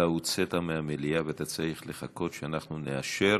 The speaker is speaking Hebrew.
אתה הוצאת מהמליאה ואתה צריך לחכות שאנחנו נאשר,